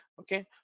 okay